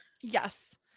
yes